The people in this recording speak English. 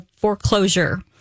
foreclosure